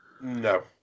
No